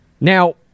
Now